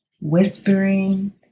whispering